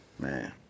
man